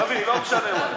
תביא, לא משנה מה.